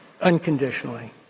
unconditionally